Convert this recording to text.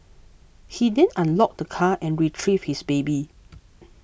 he then unlocked the car and retrieved his baby